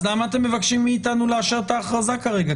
אז למה אתם מבקשים מאיתנו לאשר את ההכרזה כרגע?